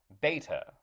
Beta